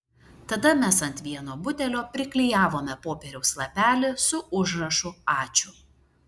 tada mes ant vieno butelio priklijavome popieriaus lapelį su užrašu ačiū